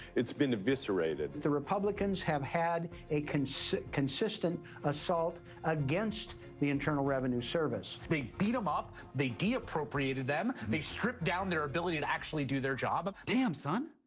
it's been eviscerated. the republicans have had a consistent consistent assault against the internal revenue service. they beat them up, they de-appropriated them, they stripped down their ability to actually do their job. damn, son.